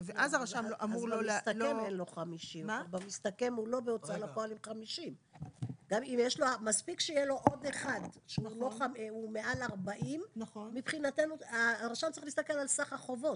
במסתכם הוא לא בהוצאה לפועל עם 50. הרשם צריך להסתכל על סך החובות.